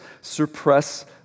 suppress